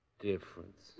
Difference